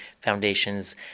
foundations